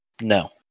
No